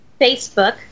Facebook